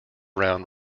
round